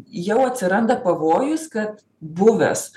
jau atsiranda pavojus kad buvęs